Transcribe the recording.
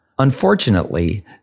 Unfortunately